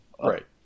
right